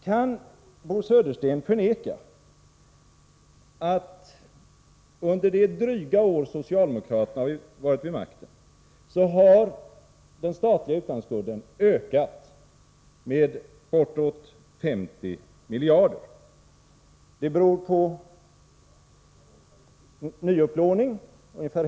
Kan Bo Södersten förneka att den statliga utlandsskulden under det dryga år som socialdemokraterna har varit vid makten har ökat med bortåt 50 miljarder? Ungefär hälften av ökningen beror på nyupplåning.